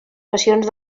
passions